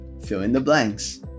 fill-in-the-blanks